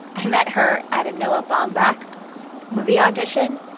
i met her at a noah baumbach movie audition.